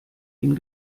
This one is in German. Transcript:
ihn